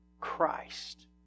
Christ